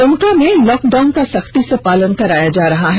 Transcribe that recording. द्मका में लॉकडाउन का सख्ती से पालन कराया जा रहा है